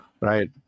Right